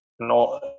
No